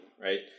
right